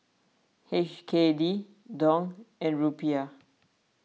H K D Dong and Rupiah